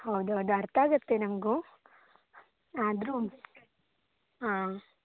ಹೌದು ಅದು ಅರ್ಥ ಆಗತ್ತೆ ನನಗೂ ಆದರೂ ಹಾಂ